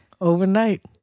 overnight